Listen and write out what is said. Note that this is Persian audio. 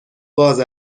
باز